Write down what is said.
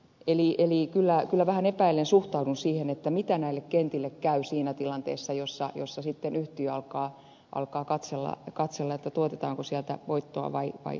eli kyllä vähän epäillen suhtaudun siihen miten näille kentille käy siinä tilanteessa jossa yhtiö alkaa katsella tuotetaanko sieltä voittoa vai tappiota